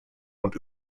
und